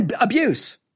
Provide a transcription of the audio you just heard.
abuse